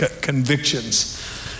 convictions